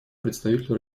представителю